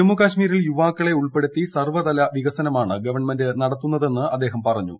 ജമ്മുകശ്മീരിൽ യുവാക്കളെ ഉൾപ്പെടുത്തി സർവതല വികസനമാണ് ഗവൺമെന്റ് നടത്തുന്നതെന്ന് അദ്ദേഹം പറഞ്ഞു